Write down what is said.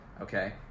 okay